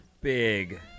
big